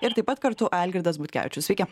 ir taip pat kartu algirdas butkevičius sveiki